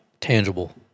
tangible